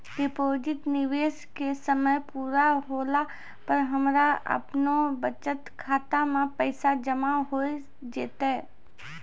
Deposit निवेश के समय पूरा होला पर हमरा आपनौ बचत खाता मे पैसा जमा होय जैतै?